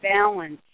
balance